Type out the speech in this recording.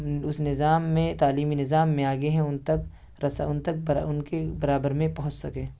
اس نظام میں تعلیمی نظام میں آگے ہیں ان تک رسائی ان تک ان کے برابر میں پہنچ سکیں